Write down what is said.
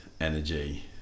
energy